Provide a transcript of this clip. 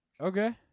Okay